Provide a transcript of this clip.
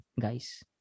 guys